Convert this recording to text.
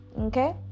okay